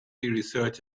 research